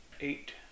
eight